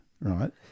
right